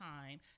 time